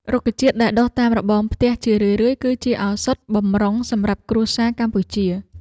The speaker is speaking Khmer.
រុក្ខជាតិដែលដុះតាមរបងផ្ទះ ជារឿយៗគឺជាឱសថបម្រុងសម្រាប់គ្រួសារកម្ពុជា។